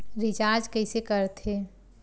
Recharge कइसे कर थे?